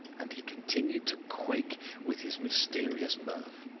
and he continued to quake with his mysterious mirth.